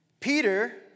Peter